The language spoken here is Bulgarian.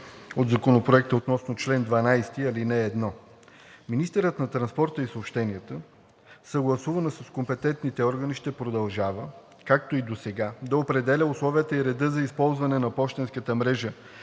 от Законопроекта относно чл. 14, ал. 1? „Министърът на транспорта и съобщенията, съгласувано с компетентните органи, ще продължава, както и досега, да определя условията и реда за използване на пощенската мрежа